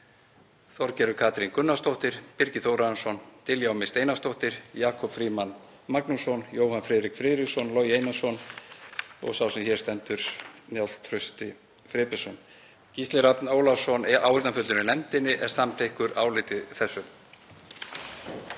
Þorgerður K. Gunnarsdóttir, Birgir Þórarinsson, Diljá Mist Einarsdóttir, Jakob Frímann Magnússon, Jóhann Friðrik Friðriksson, Logi Einarsson og sá sem hér stendur, Njáll Trausti Friðbertsson. Gísli Rafn Ólafsson, áheyrnarfulltrúi í nefndinni, er samþykkur áliti þessu.